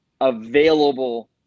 available